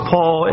Paul